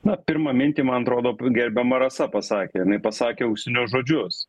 na pirmą mintį man atrodo gerbiama rasa pasakė jinai pasakė auksinius žodžius